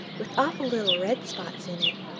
with awful little red spots in it.